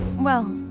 well,